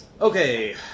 Okay